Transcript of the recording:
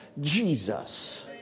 Jesus